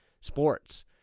sports